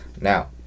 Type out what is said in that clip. Now